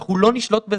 אל ייאוש, אל תתייאשו,